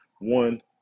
One